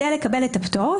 כדי לקבל את הפטור,